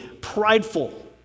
prideful